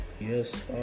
yes